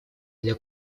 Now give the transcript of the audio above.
для